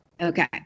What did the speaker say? Okay